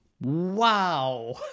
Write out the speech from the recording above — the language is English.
Wow